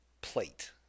plate